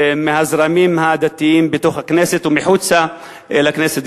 מהזרמים הדתיים בתוך הכנסת וגם מחוץ לכנסת.